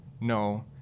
no